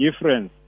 difference